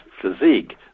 physique